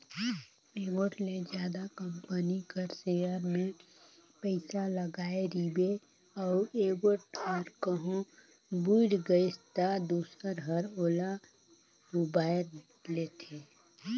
एगोट ले जादा कंपनी कर सेयर में पइसा लगाय रिबे अउ एगोट हर कहों बुइड़ गइस ता दूसर हर ओला उबाएर लेथे